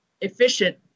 efficient